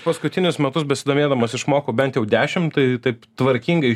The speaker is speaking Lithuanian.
paskutinius metus besidomėdamas išmokau bent jau dešim tai taip tvarkingai